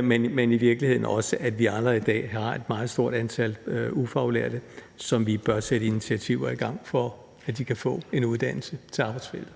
men i virkeligheden også, at vi allerede i dag har et meget stort antal ufaglærte, som vi bør sætte initiativer i gang for, så de kan få en uddannelse til arbejdsfeltet.